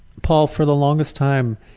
paul, for the longest time